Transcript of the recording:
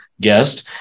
guest